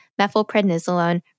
methylprednisolone